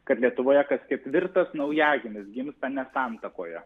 kad lietuvoje kas ketvirtas naujagimis gimsta ne santuokoje